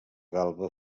galba